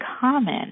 common